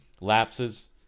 lapses